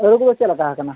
ᱟᱹᱞᱩ ᱠᱚᱫᱚ ᱪᱮᱫ ᱞᱮᱠᱟ ᱦᱟᱠᱟᱱᱟ